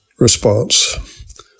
response